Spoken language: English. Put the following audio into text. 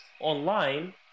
online